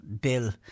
bill